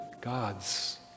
God's